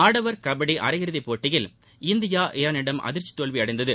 ஆடவர் கபடி அரை இறதிப் போட்டியில் இந்தியா ஈராளிடம் அதிர்ச்சி தோல்வியடைந்தது